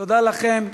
תודה לכם.